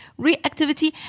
reactivity